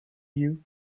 you